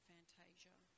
Fantasia